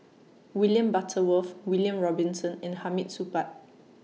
William Butterworth William Robinson and Hamid Supaat